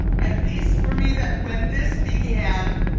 at least for me, that when this began,